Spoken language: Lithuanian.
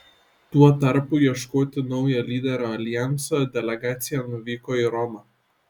tuo tarpu ieškoti naujo lyderio aljanso delegacija nuvyko į romą